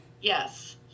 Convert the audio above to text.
Yes